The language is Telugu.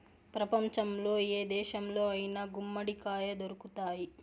ప్రపంచంలో ఏ దేశంలో అయినా గుమ్మడికాయ దొరుకుతాయి